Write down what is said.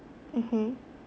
mmhmm